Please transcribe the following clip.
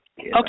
Okay